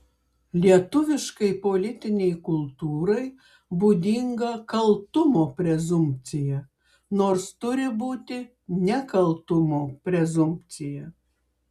lietuviškai politinei kultūrai būdinga kaltumo prezumpcija nors turi būti nekaltumo prezumpcija